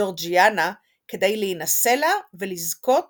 ג'ורג'יאנה, כדי להינשא לה ולזכות